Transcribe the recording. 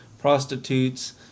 prostitutes